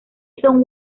jason